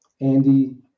Andy